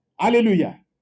Hallelujah